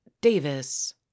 Davis